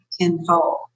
tenfold